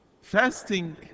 fasting